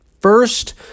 first